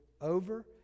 over